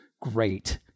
great